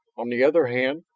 on the other hand,